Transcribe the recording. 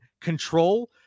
control